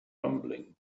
rumbling